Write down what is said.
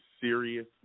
serious